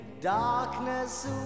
darkness